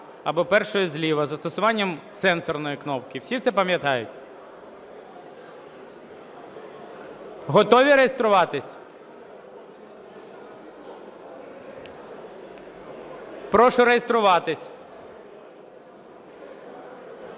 або першої зліва із застосуванням сенсорної кнопки. Всі це пам'ятають? Готові реєструватись? Прошу реєструватись.